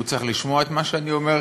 הוא צריך לשמוע את מה שאני אומר,